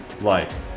life